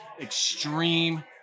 extreme